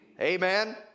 Amen